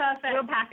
Perfect